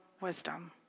wisdom